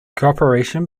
cooperation